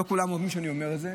ולא כולם אוהבים שאני אומר את זה,